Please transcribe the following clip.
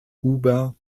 huber